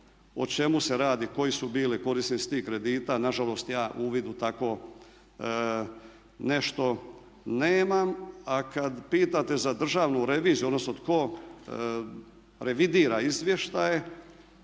o čemu se radi, koji su bili korisnici tih kredita? Nažalost ja uvid u takvo nešto nemam. A kad pitate za državnu reviziju odnosno tko revidira izvještaje,